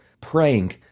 praying